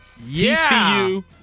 TCU